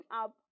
up